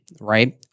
right